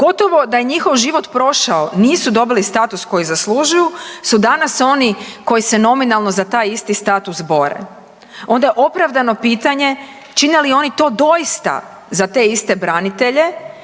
gotovo da je njihov život prošao nisu dobili status koji zaslužuju su danas oni koji se nominalno za taj isti status bore. Onda je opravdano pitanje čine li oni to doista za te iste branitelje